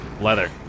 Leather